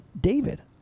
David